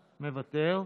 מוותר,